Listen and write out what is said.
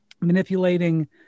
manipulating